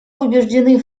убеждены